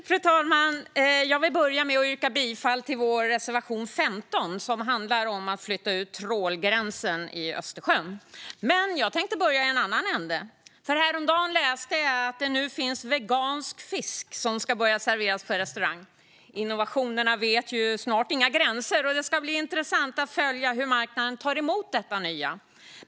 Fru talman! Jag vill börja med att yrka bifall till reservation 15, som handlar om att flytta ut trålgränsen i Östersjön. Men jag börjar i en annan ände. Häromdagen läste jag att det nu finns vegansk fisk som ska serveras på en restaurang. Innovationerna vet snart inga gränser, och det ska bli intressant att följa hur marknaden tar emot detta nya.